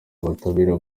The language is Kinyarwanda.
ubutabera